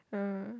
uh